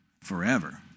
forever